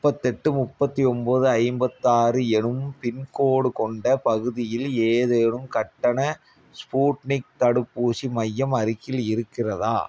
முப்பத்தெட்டு முப்பத்தி ஒன்போது ஐம்பத்தாறு எனும் பின்கோடு கொண்ட பகுதியில் ஏதேனும் கட்டண ஸ்பூட்னிக் தடுப்பூசி மையம் அருகில் இருக்கிறதா